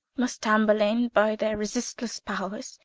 must tamburlaine by their resistless powers,